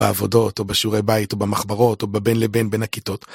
בעבודות, או בשיעורי בית, או במחברות, או בבין לבין בין הכיתות.